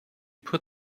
put